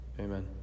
Amen